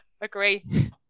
Agree